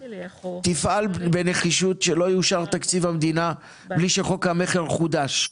תפעל בנחישות שלא יאושר תקציב המדינה בלי שחוק המכר חודש.